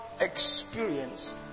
experience